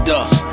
Dust